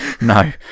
No